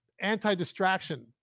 anti-distraction